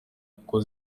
kuko